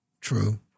true